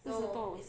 四十多